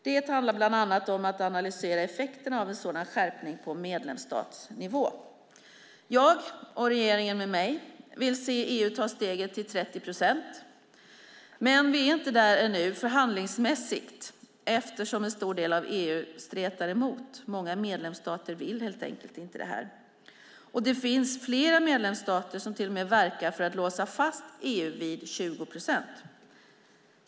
Det handlar bland annat om att analysera effekterna av en sådan skärpning på medlemsstatsnivå. Jag och regeringen med mig vill se EU ta steget till 30 procent, men vi är inte där ännu förhandlingsmässigt, eftersom en stor del av EU stretar emot. Många medlemsstater vill helt enkelt inte det här. Och det finns flera medlemsstater som till och med verkar för att låsa fast EU vid 20 procent.